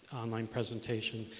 online presentation.